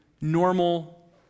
normal